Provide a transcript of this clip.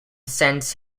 sends